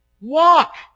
Walk